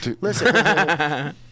Listen